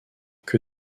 que